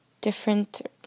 different